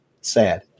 sad